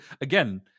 again